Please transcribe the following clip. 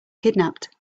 kidnapped